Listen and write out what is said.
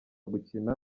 gukina